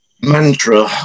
mantra